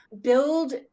build